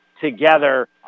together